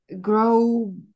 grow